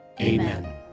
Amen